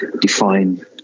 define